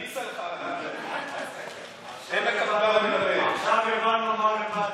סלחן, עכשיו הבנו מה לימדת